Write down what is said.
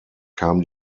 kam